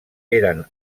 eren